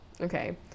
Okay